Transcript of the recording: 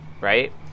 right